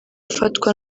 afatwa